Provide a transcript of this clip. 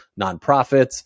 nonprofits